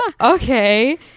okay